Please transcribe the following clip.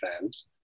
fans